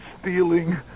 Stealing